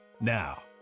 Now